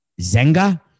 Zenga